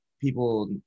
people